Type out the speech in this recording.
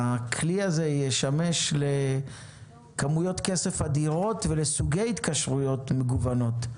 שהכלי הזה ישמש לכמויות כסף אדירות ולסוגי התקשרויות מגוונות.